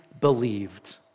believed